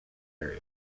area